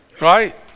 right